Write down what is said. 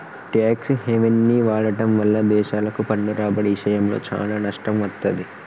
tax హెవెన్ని వాడటం వల్ల దేశాలకు పన్ను రాబడి ఇషయంలో చానా నష్టం వత్తది